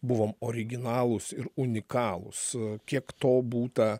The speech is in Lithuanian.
buvom originalūs ir unikalūs kiek to būta